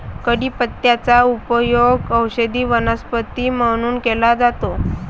कढीपत्त्याचा उपयोग औषधी वनस्पती म्हणून केला जातो